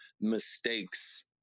mistakes